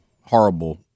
horrible